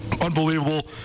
Unbelievable